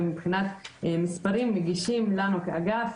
ומבחינת מספרים הם נגישים לנו כאגף,